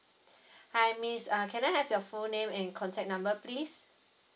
hi miss uh can I have your full name and contact number please